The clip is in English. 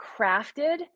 crafted